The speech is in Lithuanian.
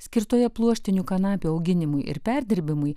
skirtoje pluoštinių kanapių auginimui ir perdirbimui